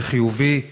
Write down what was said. זה חיובי,